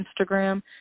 Instagram